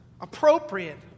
appropriate